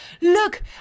look